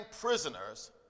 prisoners